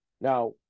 Now